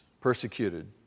persecuted